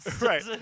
Right